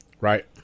Right